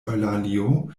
eŭlalio